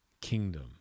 kingdom